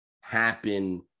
happen